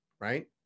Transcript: Right